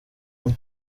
umwe